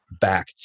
back